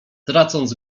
tracąc